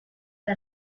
que